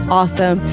awesome